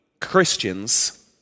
Christians